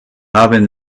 haben